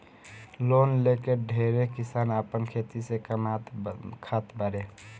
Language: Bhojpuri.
लोन लेके ढेरे किसान आपन खेती से कामात खात बाड़े